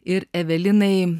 ir evelinai